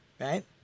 Right